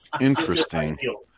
Interesting